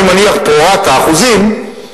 אני מניח פרורת האחוזים,